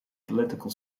political